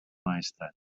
maestrat